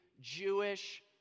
Jewish